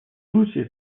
случае